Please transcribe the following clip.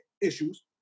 issues